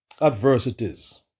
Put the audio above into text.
Adversities